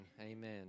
amen